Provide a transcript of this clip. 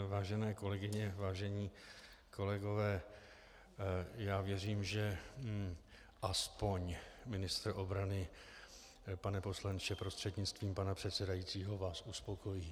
Vážené kolegyně, vážení kolegové, věřím, že aspoň ministr obrany, pane poslanče prostřednictvím pana předsedajícího, vás uspokojí.